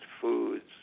foods